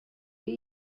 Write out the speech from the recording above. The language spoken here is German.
ihr